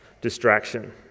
distraction